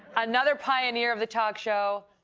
another pioneer of the talk show,